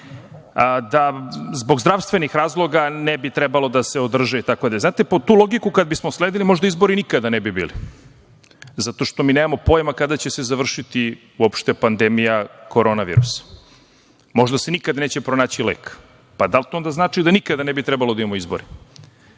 da zbog zdravstvenih razloga ne bi trebalo da se održe itd. Znate, tu logiku kada bismo sledili možda izbori nikada ne bi bili, zato što mi nemamo pojma kada će se završiti uopšte pandemija Koronavirusa. Možda se nikada neće pronaći lek. Da li to onda znači da nikada ne bi trebalo da imamo izbore? Poenta